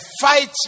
fight